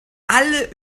alle